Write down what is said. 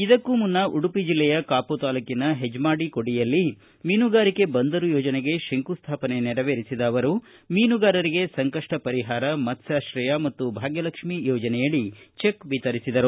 ಇದಕ್ಕೂ ಮುನ್ನ ಉಡುಪಿ ಜಿಲ್ಲೆಯ ಕಾಪು ತಾಲೂಕಿನ ಹೆಜಮಾಡಿ ಕೊಡಿಯಲ್ಲಿ ಮೀನುಗಾರಿಕೆ ಬಂದರು ಯೋಜನೆಗೆ ಶಂಕುಸ್ಥಾಪನೆ ನೆರವೇರಿಸಿದ ಅವರು ಮೀನುಗಾರರಿಗೆ ಸಂಕಷ್ಟ ಪರಿಹಾರ ಮತ್ತಾಶ್ರಯ ಮತ್ತು ಭಾಗ್ಖಲಕ್ಷ್ಮಿ ಯೋಜನೆಯಡಿ ಚೆಕ್ ವಿತರಿಸಿದರು